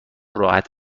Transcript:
راحت